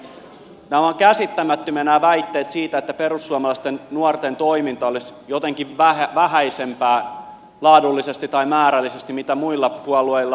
nämä ovat käsittämättömiä nämä väitteet siitä että perussuomalaisten nuorten toiminta olisi jotenkin vähäisempää laadullisesti tai määrällisesti kuin muilla puolueilla